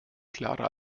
klarer